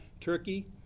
Turkey